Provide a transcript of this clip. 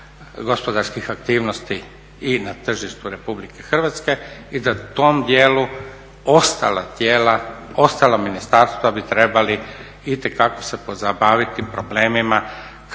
gospodarskih aktivnosti i na tržištu Republike Hrvatske i da tom dijelu ostala tijela, ostala ministarstva bi trebali itekako se pozabaviti problemima kako ojačati